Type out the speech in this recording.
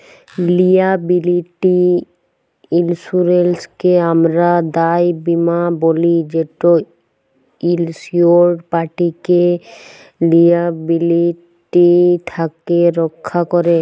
liability ইলসুরেলসকে আমরা দায় বীমা ব্যলি যেট ইলসিওরড পাটিকে লিয়াবিলিটি থ্যাকে রখ্যা ক্যরে